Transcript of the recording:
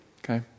okay